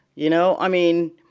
you know? i mean,